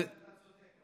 הלוואי שאתה צודק.